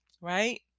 right